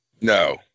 No